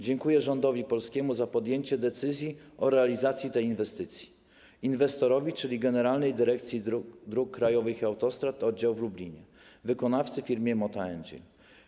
Dziękuję rządowi polskiemu za podjęcie decyzji o realizacji tej inwestycji, inwestorowi, czyli Generalnej Dyrekcji Dróg Krajowych i Autostrad Oddział w Lublinie, wykonawcy - firmie Mota-Engil.